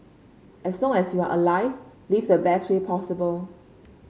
as long as you are alive live in the best way possible